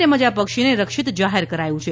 તેમજ આ પક્ષીને રક્ષિત જાહેર કરાયું છે